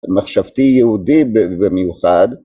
מחשבתי יהודי במיוחד.